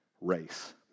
race